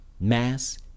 Mass